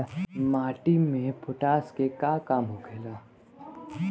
माटी में पोटाश के का काम होखेला?